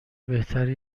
بهتره